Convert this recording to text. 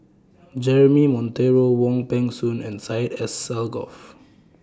Jeremy Monteiro Wong Peng Soon and Syed Alsagoff